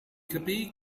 capì